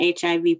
HIV